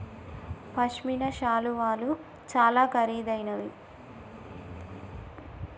పశ్మిన శాలువాలు చాలా ఖరీదైనవి